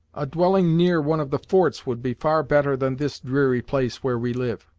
a dwelling near one of the forts would be far better than this dreary place where we live!